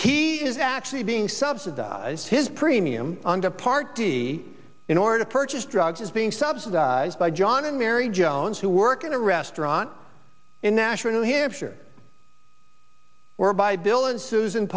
he is actually being subsidized his premium under part d in order to purchase drugs is being subsidized by john and mary jones who work in a restaurant in nashua new hampshire were by